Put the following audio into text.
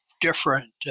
different